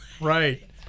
right